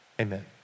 amen